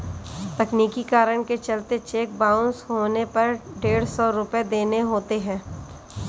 तकनीकी कारण के चलते चेक बाउंस होने पर डेढ़ सौ रुपये देने होते हैं